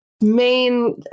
main